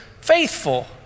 faithful